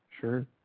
sure